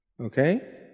Okay